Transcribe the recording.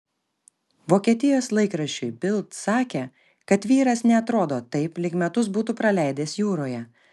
vokietijos laikraščiui bild sakė kad vyras neatrodo taip lyg metus būtų praleidęs jūroje